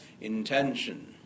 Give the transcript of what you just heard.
intention